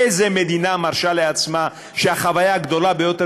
איזו מדינה מרשה לעצמה שהחוויה הגדולה ביותר